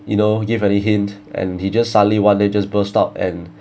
you know give any hint and he just suddenly one day just burst out and